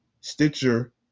Stitcher